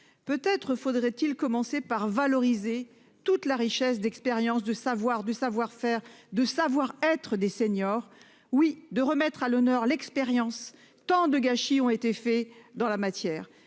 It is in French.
Peut être faudrait-il commencer par valoriser toute la richesse d'expérience, de savoir du savoir-faire de savoir être des seniors. Oui, de remettre à l'honneur l'expérience tant de gâchis ont été faits dans la matière.